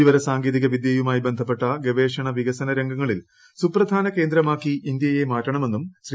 വിവരസാങ്കേതിക വിദൃയുമായി ബന്ധപ്പെട്ട ഗവേഷണ വികസന രംഗങ്ങളിലെ സുപ്രധാന കേന്ദ്രമാക്കി ഇന്ത്യയെ മാറ്റണമെന്നും ശ്രീ